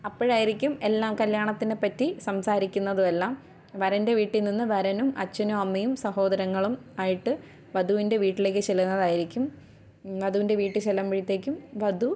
അപ്പോഴായിരിക്കും എല്ലാം കല്യാണത്തിനെപ്പറ്റി സംസാരിക്കുന്നതും എല്ലാം വരൻ്റെ വീട്ടില് നിന്ന് വരനും അച്ഛനും അമ്മയും സഹോദരങ്ങളും ആയിട്ട് വധുവിൻ്റെ വീട്ടിലേക്ക് ചെല്ലുന്നതായിരിക്കും വധുവിൻ്റെ വീട്ടില് ചെല്ലുമ്പോഴത്തേക്കും വധു